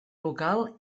local